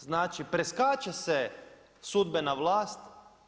Znači preskače se sudbena vlast.